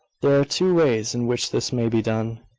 there are two ways in which this may be done,